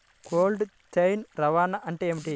Cold chain రవాణా అంటే ఏమిటీ?